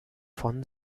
von